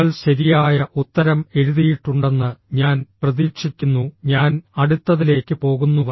നിങ്ങൾ ശരിയായ ഉത്തരം എഴുതിയിട്ടുണ്ടെന്ന് ഞാൻ പ്രതീക്ഷിക്കുന്നു ഞാൻ അടുത്തതിലേക്ക് പോകുന്നു